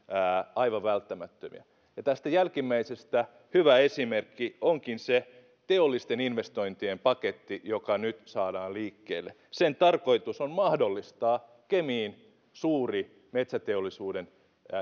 aivan välttämättömiä tästä jälkimmäisestä hyvä esimerkki onkin se teollisten investointien paketti joka nyt saadaan liikkeelle sen tarkoitus on mahdollistaa kemiin suuri metsäteollisuuden